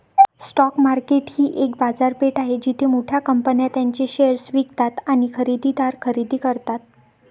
stock market ही एक बाजारपेठ आहे जिथे मोठ्या कंपन्या त्यांचे शेअर्स विकतात आणि खरेदीदार खरेदी करतात